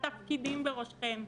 התפקידים בראשכם,